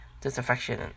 disaffection